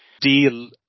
deal